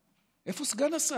איפה סגן השר?